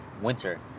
winter